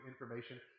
information